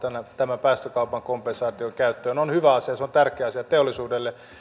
tämän päästökaupan kompensaation käyttöön on hyvä asia se on tärkeä asia teollisuudelle